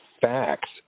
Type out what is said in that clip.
facts